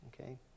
okay